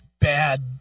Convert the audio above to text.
bad